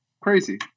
Crazy